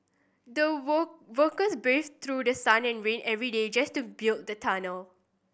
the work workers braved through the sun and rain every day just to build the tunnel